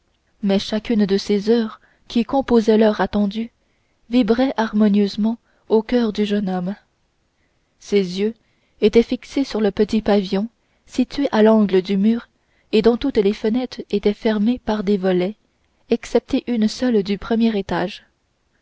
mais chacune de ces heures qui composaient l'heure attendue vibrait harmonieusement au coeur du jeune homme ses yeux étaient fixés sur le petit pavillon situé à l'angle de la rue et dont toutes les fenêtres étaient fermées par des volets excepté une seule du premier étage